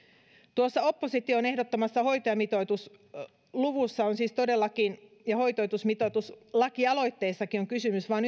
tuossa opposition ehdottamassa hoitajamitoitusluvussa siis todellakin ja hoitajamitoituslakialoitteessakin on kysymys vain